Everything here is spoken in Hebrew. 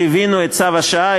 שהבינו את צו השעה,